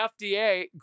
FDA